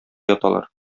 яталар